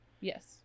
Yes